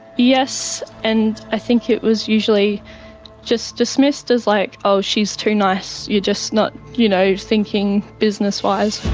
yes and i think it was usually just dismissed as like oh, she's too nice, you're just not you know thinking business-wise'.